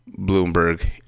Bloomberg